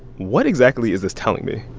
what exactly is this telling me?